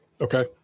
Okay